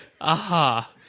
Aha